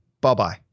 Bye-bye